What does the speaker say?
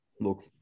Look